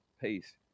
peace